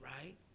right